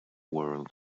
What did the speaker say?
world